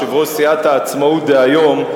יושב-ראש סיעת העצמאות דהיום,